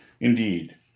Indeed